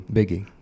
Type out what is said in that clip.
Biggie